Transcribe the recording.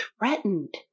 threatened